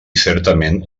certament